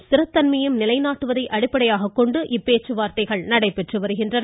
ஸ்திரத்தன்மையையும் நிலைநாட்டுவதை அடிப்படையாக கொண்டு இப்பேச்சுவார்த்தைகள் நடைபெறுகின்றன